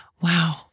Wow